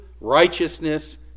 righteousness